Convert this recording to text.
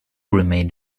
remained